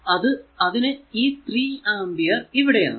അതിന് ഈ 3 ആമ്പിയർ ഇവിടെയാണ്